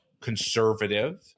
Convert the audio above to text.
conservative